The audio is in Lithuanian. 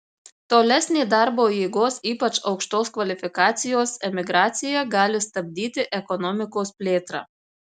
tolesnė darbo jėgos ypač aukštos kvalifikacijos emigracija gali stabdyti ekonomikos plėtrą